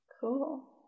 cool